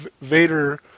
Vader